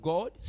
God